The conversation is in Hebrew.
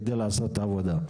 כדי לעשות עבודה.